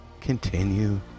continue